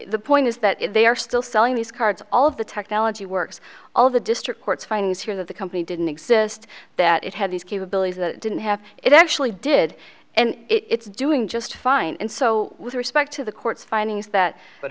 the point is that they are still selling these cards all of the technology works all the district court's findings here that the company didn't exist that it had these capabilities that it didn't have it actually did and it's doing just fine and so with respect to the court's findings that but